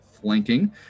flanking